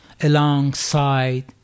alongside